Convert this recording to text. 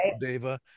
deva